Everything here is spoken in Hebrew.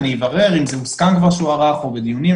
אני אברר אם הוסכם כבר שהוא הוארך או בדיונים.